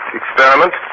experiment